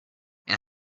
and